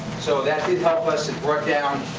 so that did help us. it brought down,